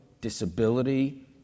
disability